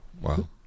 Wow